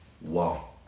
Wow